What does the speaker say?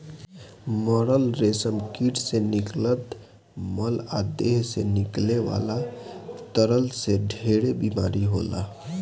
मरल रेशम कीट से निकलत मल आ देह से निकले वाला तरल से ढेरे बीमारी होला